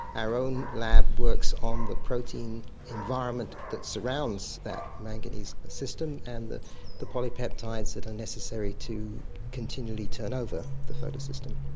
our own lab works on the protein environment that surrounds that manganese system, and the the polypeptides that are necessary to continually turn over the photosystem.